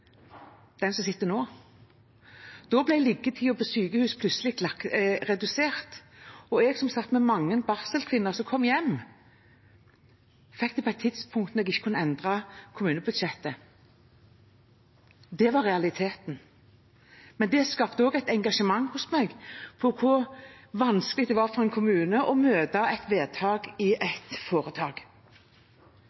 Den som sitter nå. Da ble liggetiden på sykehus plutselig redusert, og jeg som satt med mange barselkvinner som kom hjem, fikk det på et tidspunkt da jeg ikke kunne endre kommunebudsjettet. Det var realiteten. Men det skapte også et engasjement hos meg for hvor vanskelig det var for en kommune å møte et vedtak i et